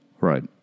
Right